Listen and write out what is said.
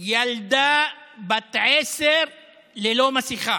ילדה בת עשר ללא מסכה,